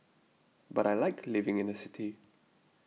but I like living in a city